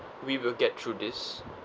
we will get through this